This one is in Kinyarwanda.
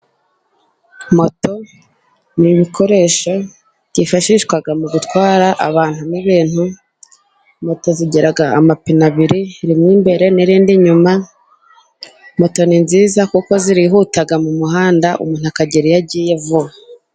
Moto ni ibikoresho byifashishwa mu gutwara abantu n'ibintu, moto zigira amapine abiri, rimwe imbere n'irindi nyuma, moto ni nziza kuko zirihuta mu muhanda, umuntu akagera iyo agiye vuba.